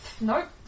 Nope